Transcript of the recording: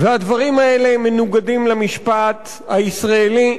הדברים האלה הם מנוגדים למשפט הישראלי,